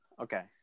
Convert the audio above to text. Okay